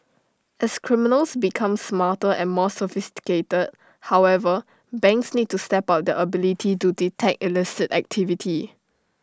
as criminals become smarter and more sophisticated however banks need to step up their ability to detect illicit activity